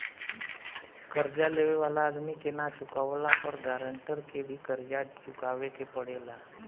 कर्जा लेवे वाला आदमी के ना चुकावला पर गारंटर के भी कर्जा चुकावे के पड़ेला